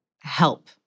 help